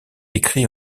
écrit